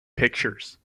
pictures